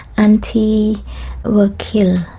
auntie were killed.